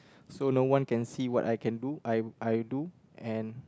so no one can see what I can do I I do and